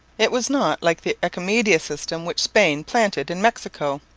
it was not, like the encomienda system which spain planted in mexico,